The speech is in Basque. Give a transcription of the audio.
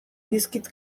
dizkit